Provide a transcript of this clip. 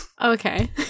Okay